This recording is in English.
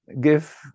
give